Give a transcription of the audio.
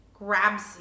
Grabs